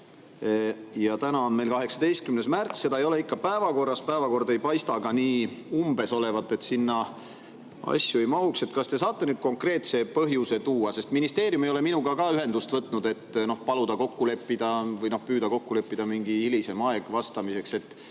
Täna on meil 18. märts, aga seda ei ole ikka päevakorras. Päevakord ei paista ka nii umbes olevat, et sinna asju ei mahuks. Kas te saate nüüd konkreetse põhjuse tuua? Ministeerium ei ole minuga ühendust võtnud, et püüda kokku leppida mingi hilisem aeg vastamiseks.